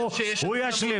הוא ישלים.